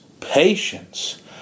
patience